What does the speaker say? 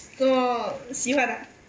做么喜欢啊